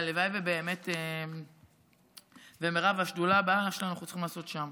מירב, את השדולה הבאה שלנו אנחנו צריכים לעשות שם,